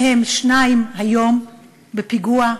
מהם שניים היום בפיגוע,